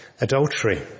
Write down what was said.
adultery